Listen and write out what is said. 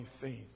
faith